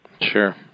Sure